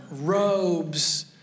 robes